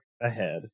ahead